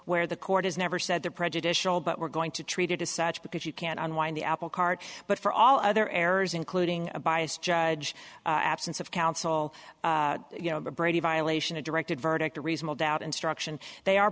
where the court has never said that prejudicial but we're going to treat it as such because you can't unwind the apple cart but for all other errors including bias judge absence of counsel you know the brady violation a directed verdict a reasonable doubt instruction they are